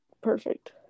Perfect